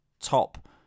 top